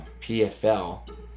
PFL